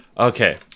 Okay